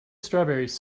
strawberries